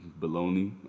baloney